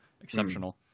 exceptional